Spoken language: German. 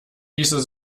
ließe